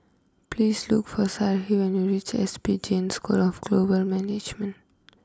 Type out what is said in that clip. please look for Sarahi when you reach S P Jain School of Global Management